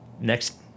next